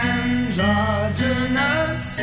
Androgynous